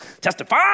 Testify